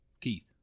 Keith